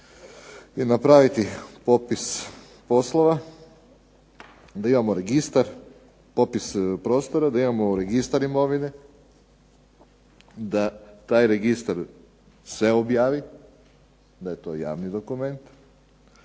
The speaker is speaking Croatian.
je napraviti popis poslova, da imamo registar, popis prostora, da imamo registar imovine, da taj registar se objavi, da je to javni dokument